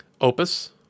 Opus